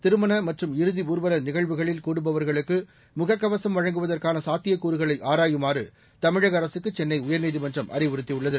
திருமண மற்றும் இறுதிஊர்வல நிகழ்வுகளில் கூடுபவர்களுக்கு முகக்கவசம் வழங்குவதற்கான சாத்தியக்கூறுகளை ஆராயுமாறு தமிழக அரசுக்கு சென்ளை உயர்நீதிமன்றம் அறிவுறுத்தியுள்ளது